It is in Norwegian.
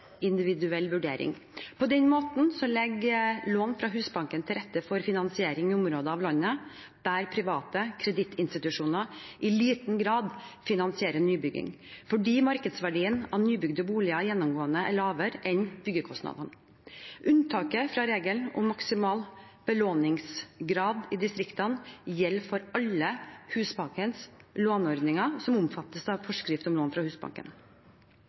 individuell vurdering. På denne måten legger lån fra Husbanken til rette for finansiering i områder av landet der private kredittinstitusjoner i liten grad finansierer nybygging, fordi markedsverdien av nybygde boliger gjennomgående er lavere enn byggekostnadene. Unntaket fra reglene om maksimal belåningsgrad i distriktene gjelder for alle Husbankens låneordninger som omfattes av forskrift om lån fra Husbanken.